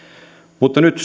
mutta nyt